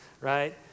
right